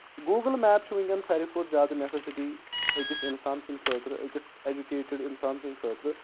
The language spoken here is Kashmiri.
گوٗگٕل میپ چھِ وٕنکؠن ساروٕے کھۄتہٕ زیادٕ نؠسسٹی أکِس انسان سٕنٛدِ خٲطرٕ أکِس ایٚجوکیٹڈ اِنسان سٕنٛدِ خٲطرٕ